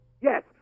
Yes